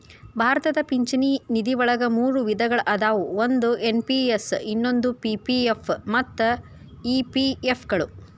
ಭಾರತದ ಪಿಂಚಣಿ ನಿಧಿವಳಗ ಮೂರು ವಿಧಗಳ ಅದಾವ ಒಂದು ಎನ್.ಪಿ.ಎಸ್ ಇನ್ನೊಂದು ಪಿ.ಪಿ.ಎಫ್ ಮತ್ತ ಇ.ಪಿ.ಎಫ್ ಗಳು